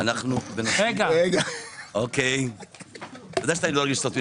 הראשונה שאתה נמצא בהופעה